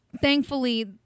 thankfully